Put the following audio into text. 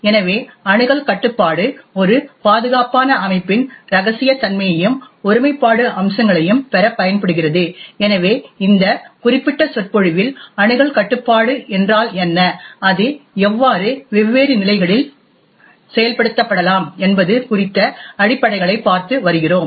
எனவே அணுகல் கட்டுப்பாடு ஒரு பாதுகாப்பான அமைப்பின் இரகசியத்தன்மையையும் ஒருமைப்பாடு அம்சங்களையும் பெறப் பயன்படுகிறது எனவே இந்த குறிப்பிட்ட சொற்பொழிவில் அணுகல் கட்டுப்பாடு என்றால் என்ன அது எவ்வாறு வெவ்வேறு நிலைகளில் செயல்படுத்தப்படலாம் என்பது குறித்த அடிப்படைகளைப் பார்த்து வருகிறோம்